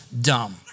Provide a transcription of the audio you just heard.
dumb